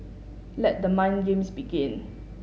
let the mind games begin